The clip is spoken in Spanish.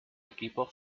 equipo